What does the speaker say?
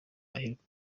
aheruka